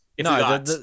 No